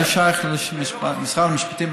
זה שייך למשרד המשפטים,